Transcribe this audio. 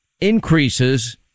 increases